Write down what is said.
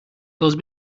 those